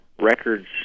records